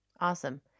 Awesome